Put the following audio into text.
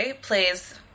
plays